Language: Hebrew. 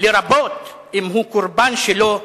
לרבות אם הוא קורבן שלו,